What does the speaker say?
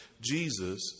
Jesus